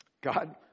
God